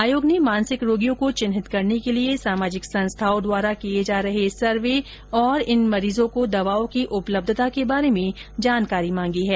आयोग ने मानसिक रोगियों को चिन्हित करने के लिए सामाजिक संस्थाओं द्वारा किए जा रहे सर्वे और इन मरीजों को दवाओं की उपलब्धता के बारे में जानकारी मांगी है